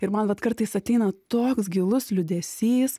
ir man vat kartais ateina toks gilus liūdesys